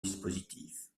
dispositif